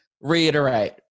reiterate